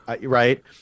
Right